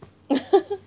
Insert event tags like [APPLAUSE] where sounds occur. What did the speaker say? [LAUGHS]